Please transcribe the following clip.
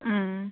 ம்